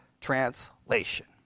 translation